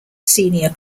senior